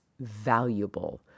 valuable